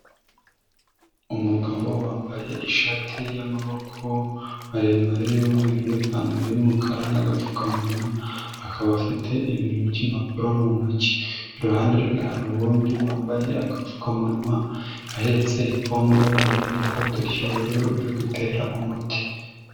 Umugabo wambaye ishati y'amaboko maremare y'umweru n'ipantaro y'umukara n'agapfukamunwa, akaba afite ibintu by'impapuro mu ntoki, iruhande rwe hari uwundi wambaye agapfukamunwa ahetse ipombo, yambaye n'ikote ry'ubururu ari gutera umuti.